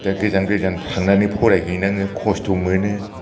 दा गोजान गोजान थांनानै फरायहैनाङो खस्थ' मोनो